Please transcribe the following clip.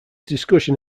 discussion